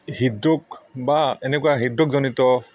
হৃদৰোগ বা এনেকুৱা হৃদৰোগজনিত